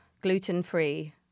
Gluten-free